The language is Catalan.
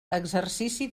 exercici